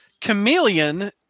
Chameleon